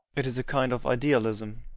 it is a kind of idealism.